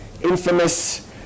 infamous